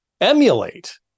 emulate